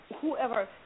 whoever